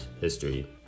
history